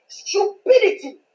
stupidity